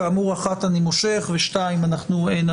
כאמור, אחת אני מושך ועל שתיים נצביע.